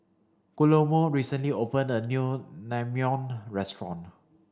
Guillermo recently opened a new Naengmyeon restaurant